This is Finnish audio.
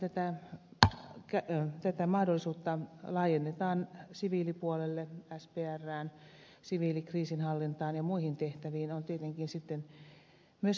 kuinka pitkälle sitten tätä mahdollisuutta laajennetaan siviilipuolelle sprään siviilikriisinhallintaan ja muihin tehtäviin on tietenkin sitten myös harkittava